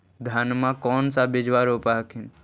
धनमा कौन सा बिजबा रोप हखिन?